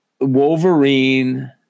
wolverine